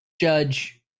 Judge